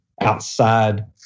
outside